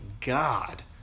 God